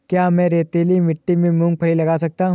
क्या मैं रेतीली मिट्टी में मूँगफली लगा सकता हूँ?